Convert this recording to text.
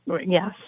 Yes